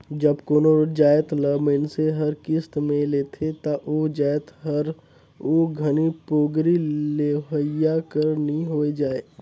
जब कोनो जाएत ल मइनसे हर किस्त में लेथे ता ओ जाएत हर ओ घनी पोगरी लेहोइया कर नी होए जाए